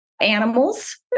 animals